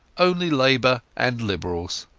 only labour and liberals.